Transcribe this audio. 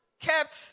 kept